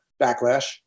backlash